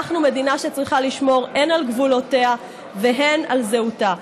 אנחנו מדינה שצריכה לשמור הן על גבולותיה והן על זהותה.